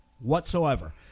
whatsoever